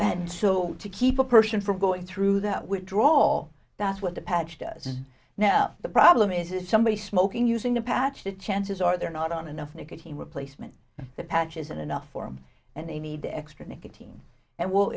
and so to keep a person from going through that will draw that's what the patch does now the problem is is somebody smoking using the patch the chances are they're not on enough nicotine replacement patches and enough form and they need the extra nicotine and well